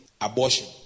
abortion